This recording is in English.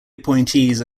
appointees